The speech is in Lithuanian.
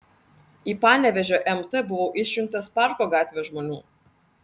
į panevėžio mt buvau išrinktas parko gatvės žmonių